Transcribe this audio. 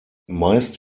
meist